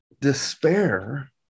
despair